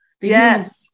Yes